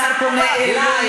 כרגע השר פונה אלי,